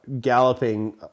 galloping